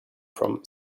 from